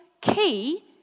key